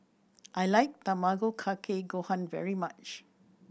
I like Tamago Kake Gohan very much